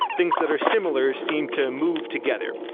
things that are similar seem to move together.